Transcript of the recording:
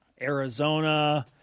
Arizona